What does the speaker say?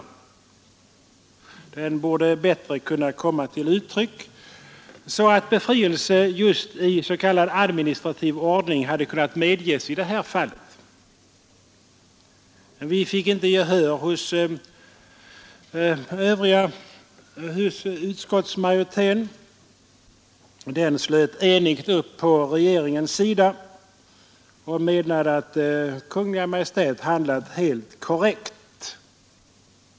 Religionsfriheten borde bättre kunna komma till uttryck så att befrielse just i s.k. administrativ ordning hade kunnat medges i detta fall. Vi fick inte gehör hos utskottsmajoriteten. Den slöt enigt upp kring regeringens avslag och menade att Kungl. Maj:t handlat helt korrekt.